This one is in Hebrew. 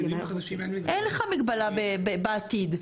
אין לך מגבלה בעתיד.